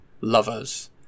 lovers